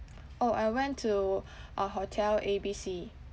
orh I went to uh hotel A_B_C